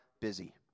busy